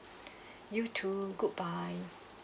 you too goodbye